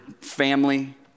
family